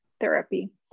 therapy